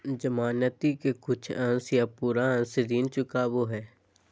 जमानती के कुछ अंश या पूरा अंश ऋण चुकावो हय